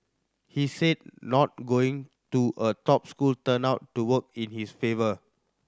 he said not going to a top school turned out to work in his favour